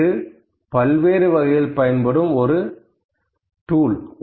இது பல்வேறு வகையில் பயன்படும் ஒரு டூல்